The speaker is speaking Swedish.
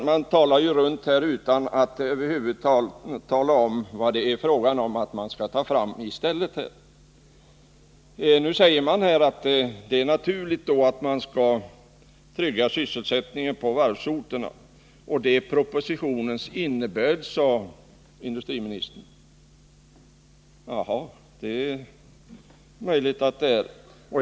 Man pratar ju runt utan att tala om vad det är fråga om att ta fram som ersättning. Det har sagts här att det är naturligt att man skall trygga sysselsättningen på 85 varvsorterna. Det är propositionens innebörd, sade industriministern. Jaha, det är möjligt att det är.